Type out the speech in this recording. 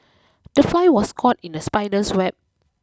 the fly was caught in the spider's web